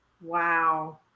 Wow